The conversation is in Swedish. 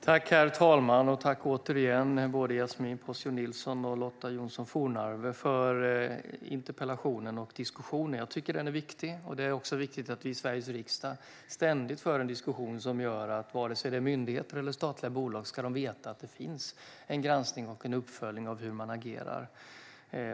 Herr talman! Tack återigen, Yasmine Posio Nilsson och Lotta Johnsson Fornarve, för interpellationen och diskussionen! Jag tycker att den är viktig, och det är också viktigt att vi i Sveriges riksdag ständigt för en diskussion som gör att myndigheter och statliga bolag vet att det finns en granskning och en uppföljning av hur de agerar.